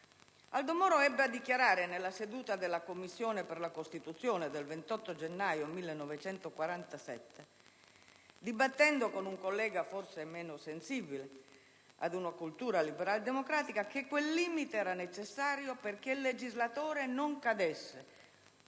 Aldo Moro ebbe a dichiarare, nella seduta della Commissione per la Costituzione del 28 gennaio 1947, dibattendo con un collega forse meno sensibile ad una cultura liberaldemocratica, che quel limite era necessario perché il legislatore non cadesse